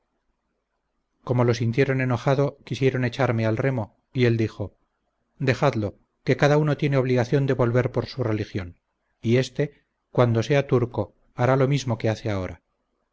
como lo sintieron enojado quisieron echarme al remo y él dijo dejadlo que cada uno tiene obligación de volver por su religión y este cuando sea turco hará lo mismo que hace ahora